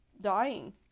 dying